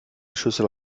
schüssel